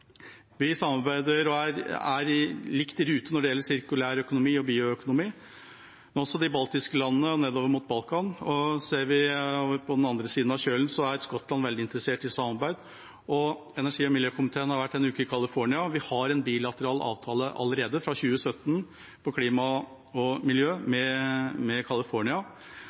Vi samarbeider og er likt i rute når det gjelder sirkulær økonomi og bioøkonomi, også med de baltiske landene og nedover mot Balkan. Og ser vi over på den andre siden, er Skottland veldig interessert i samarbeid. Energi- og miljøkomiteen har vært en uke i California, og vi har en bilateral avtale med California allerede – fra 2017 – om klima og miljø. Og så ser vi mot Washington, Oregon og Vancouver – en type regnbueallianse med